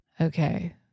Okay